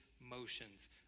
motions